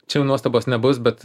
čia nuostabos nebus bet